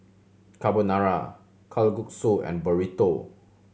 Carbonara Kalguksu and Burrito